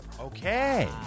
Okay